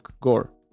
Gore